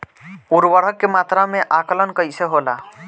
उर्वरक के मात्रा में आकलन कईसे होला?